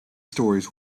stories